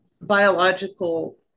biological